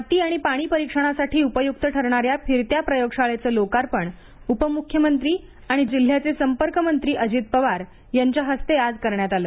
माती आणि पाणी परीक्षणासाठी उपयुक्त ठरणाऱ्या फिरत्या प्रयोगशाळेचं लोकार्पण उपमुख्यमंत्री आणि जिल्ह्याचे संपर्क मंत्री अजित पवार यांच्या हस्ते आज करण्यात आलं